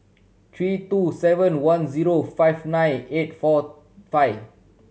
three two seven one zero five nine eight four five